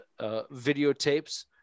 videotapes